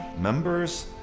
members